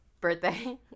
birthday